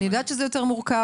אני יודעת שזה יותר מורכב,